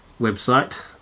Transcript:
website